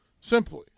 simply